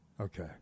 Okay